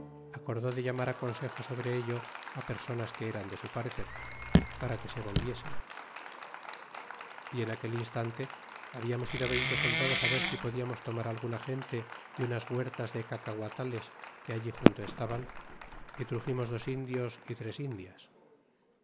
acordó de llamar consejo sobre ello personas que eran de su parecer para que se volviesen y en aquel instante habíamos ido veinte soldados ver si podiamos tomar alguna gente de unas güertas de cacaguatales que allí junto estaban y truximos dos indios y tres indias